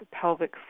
pelvic